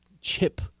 chip